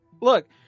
Look